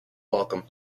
welcome